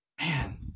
Man